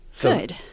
Good